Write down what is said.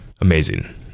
amazing